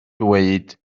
dweud